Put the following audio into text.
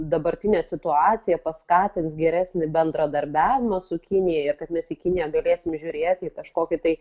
dabartinė situacija paskatins geresnį bendradarbiavimą su kinija ir kad mes į kiniją galėsim žiūrėti į kažkokį tai